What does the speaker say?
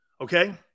Okay